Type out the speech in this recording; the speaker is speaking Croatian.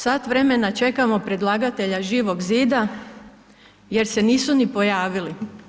Sat vremena čekamo predlagatelja Živog zida, jer se nisu ni pojavili.